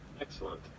Excellent